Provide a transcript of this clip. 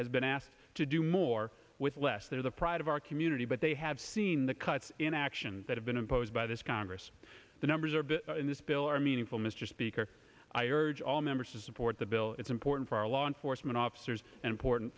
has been asked to do more with less they're the pride of our community but they have seen the cuts in action that have been imposed by this congress the numbers are in this bill are meaningful mr speaker i urge all members to support the bill it's important for our law enforcement officers and port